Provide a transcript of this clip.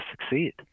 succeed